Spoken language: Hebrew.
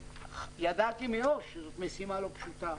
ידעתי מראש שזאת משימה לא פשוטה,